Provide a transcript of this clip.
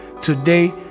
today